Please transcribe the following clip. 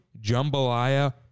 Jambalaya